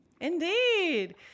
indeed